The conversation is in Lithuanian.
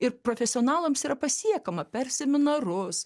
ir profesionalams yra pasiekiama per seminarus